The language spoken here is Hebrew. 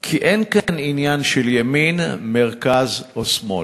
כי אין כאן עניין של ימין, מרכז או שמאל.